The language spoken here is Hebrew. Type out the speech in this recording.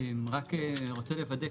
אני רק רוצה לוודא.